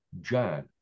John